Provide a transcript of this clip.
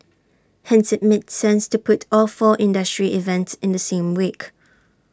hence IT made sense to put all four industry events in the same week